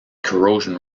corrosion